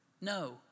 No